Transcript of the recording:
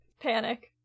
Panic